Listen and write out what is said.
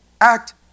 Act